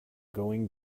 going